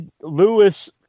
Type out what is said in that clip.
Lewis